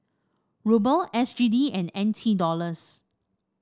Ruble S G D and N T Dollars